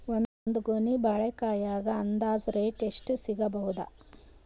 ಒಂದ್ ಗೊನಿ ಬಾಳೆಕಾಯಿಗ ಅಂದಾಜ ರೇಟ್ ಎಷ್ಟು ಸಿಗಬೋದ?